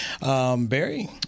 Barry